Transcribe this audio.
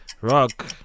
Rock